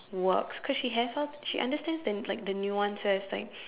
works cause she has her she understands the like the nuances